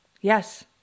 Yes